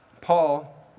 Paul